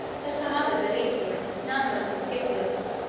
but her mother, blaesilla, numbered the scipios,